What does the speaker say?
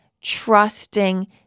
trusting